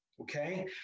Okay